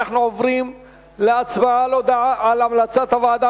אנחנו עוברים להצבעה על המלצת הוועדה